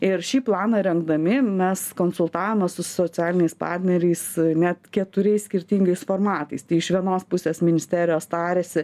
ir šį planą rengdami mes konsultavomės su socialiniais partneriais net keturiais skirtingais formatais tai iš vienos pusės ministerijos tarėsi